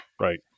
Right